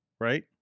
Right